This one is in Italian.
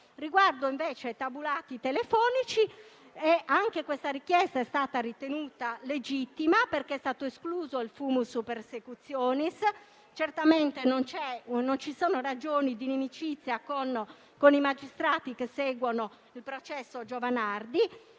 Riguardo i tabulati telefonici, anche questa richiesta è stata ritenuta legittima perché è stato escluso il *fumus persecutionis*. Certamente non ci sono ragioni di inimicizia con i magistrati che seguono il processo di Giovanardi